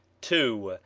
two.